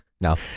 no